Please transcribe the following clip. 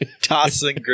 Tossing